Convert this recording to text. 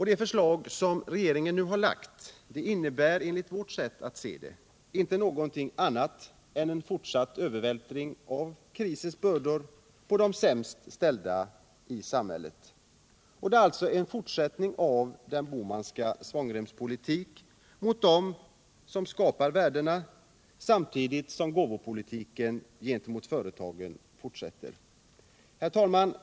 Det förslag regeringen nu lagt fram innebär, enligt vårt sätt att se, inte någonting annat än fortsatt övervältring av krisens bördor på de sämst ställda i samhället. Det är alltså en fortsättning av Bohmanska svångremspolitiken gentemot dem som skapar värdena samtidigt som gåvopolitiken gentemot företagen fortsätter. Herr talman!